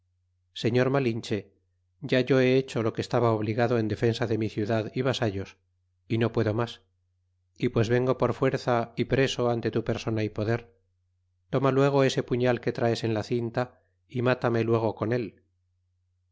señor malinche ya yo he hecho lo que estaba obligado en defensa de mi ciudad y vasallos y no puedo mas y pues vengo por fuerza y preso nte tu persona y poder toma luego ese puñal que traes en la cinta y mátame luego con él